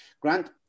Grant